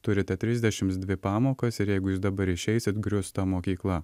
turite trisdešimt dvi pamokas ir jeigu jūs dabar išeisit grius ta mokykla